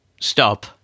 Stop